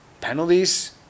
penalties